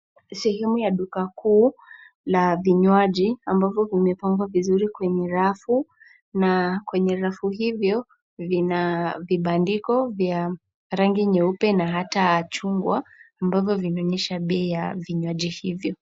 Sehemu ya duka kuu la vinywaji ambapo kumepangwa vizuri kwenye rafu na kwenye rafu hivyo vina vibandiko vya rangi nyeupe na hata chungwa ambavyo vimeonyesha bei ya vinywaji hivyo.